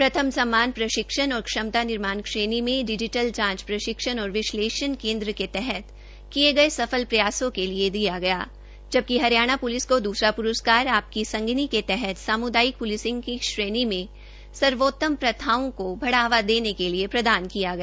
प्रथम सम्मान सम्मान प्रशिक्षण और क्षमता निर्माण श्रेणी में डिजिटल जांच प्रशिक्षण और विश्लेषण केंद्र डीआईटीएसी के तहत किए गए सफल प्रयासों के लिए दिया गया जबकि हरियाणा प्लिस को द्सरा प्रस्कार आपकी संगिनी के तहत सामुदायिक प्लिसिंग की श्रेणी में सर्वोत्तम प्रथाओं के बधाने के लिए प्रदान किया गया